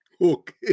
Okay